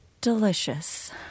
delicious